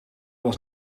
was